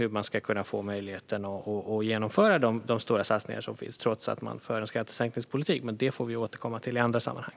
Hur ska man få möjlighet att genomföra de stora satsningarna när man för en skattesänkningspolitik? Men det får vi återkomma till i andra sammanhang.